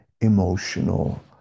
emotional